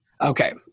Okay